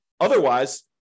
Otherwise